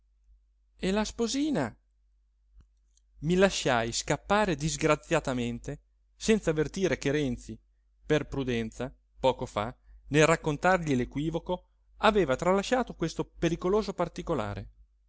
e la sposina mi lasciai scappare disgraziatamente senza avvertire che renzi per prudenza poco fa nel raccontargli l'equivoco aveva tralasciato questo pericoloso particolare